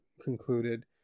concluded